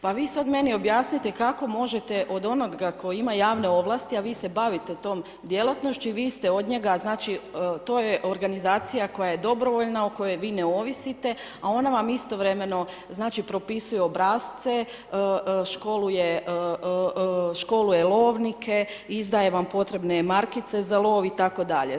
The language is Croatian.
Pa vi sad meni objasnite kako možete od onoga koji ima javne ovlasti, a vi se bavite tom djelatnošću, i vi ste od njega, znači, to je organizacija koja je dobrovoljna o kojoj vi ne ovisite, a ona vam istovremeno znači propisuje obrasce, školuje lovnike, izdaje vam potrebne markice za lov, i tako dalje.